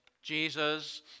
Jesus